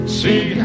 see